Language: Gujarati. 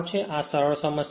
તેથી સરળ સમસ્યા છે